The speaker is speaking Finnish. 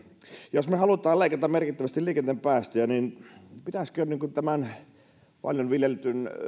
jos me haluamme leikata merkittävästi liikenteen päästöjä niin pitäisikö tämän paljon viljellyn